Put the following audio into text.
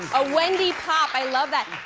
a wendy pop, i love that.